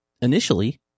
Initially